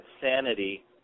sanity